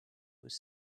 was